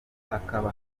hakaba